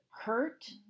hurt